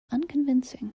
unconvincing